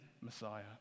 Messiah